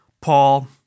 Paul